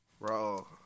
Bro